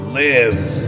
lives